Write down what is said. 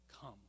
come